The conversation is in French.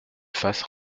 fasses